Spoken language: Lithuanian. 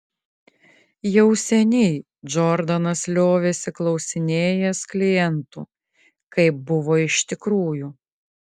jau seniai džordanas liovėsi klausinėjęs klientų kaip buvo iš tikrųjų